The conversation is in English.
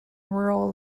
rural